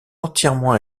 entièrement